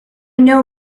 know